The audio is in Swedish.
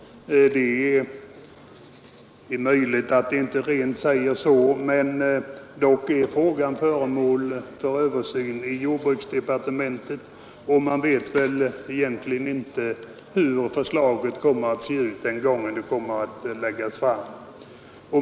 Det är möjligt att det inte sägs rent ut, men frågan är dock föremål för översyn i jordbruksdepartementet, och man vet väl egentligen inte hur förslaget kommer att se ut den gång det läggs fram.